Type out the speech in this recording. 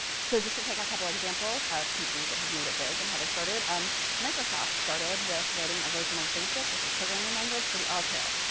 so just to take a couple examples of companies that have made it big and how they started, um microsoft started with writing a version of basic, which is a programming language, for the altair,